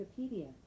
Wikipedia